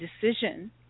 decision